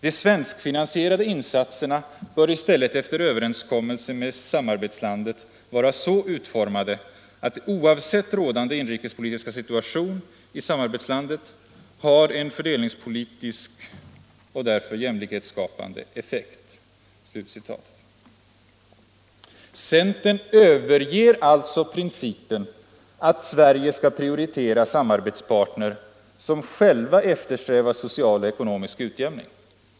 De svenskfinansierade insatserna bör i stället efter överenskommelse med samarbetslandet vara så utformade att de oavsett rådande inrikespolitiska situation i samarbetslandet har en fördelningspolitisk och därför jämlikhetsskapande effekt.” Centern överger alltså principen att Sverige skall prioritera samarbetspartner som själva eftersträvar social och ekonomisk utjämning.